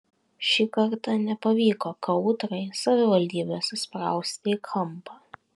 šį kartą nepavyko kautrai savivaldybės įsprausti į kampą